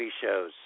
shows